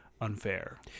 unfair